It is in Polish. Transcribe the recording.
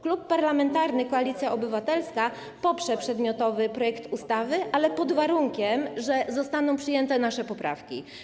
Klub Parlamentarny Koalicja Obywatelska poprze przedmiotowy projekt ustawy, ale pod warunkiem że zostaną przyjęte nasze poprawki.